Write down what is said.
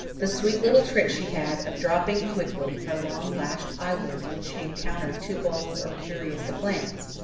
the sweet little trick she had of dropping quickly her long-lashed eyelids when she encountered too bold or curious a glance,